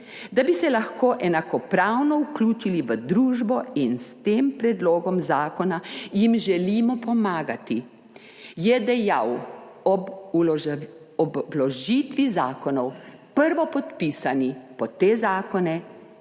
da bi se lahko enakopravno vključili v družbo. S tem predlogom zakona jim želimo pomagati, je dejal ob vložitvi zakonov prvopodpisani pod te zakone,